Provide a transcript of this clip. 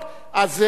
אז איך אתה אומר?